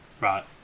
right